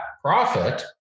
profit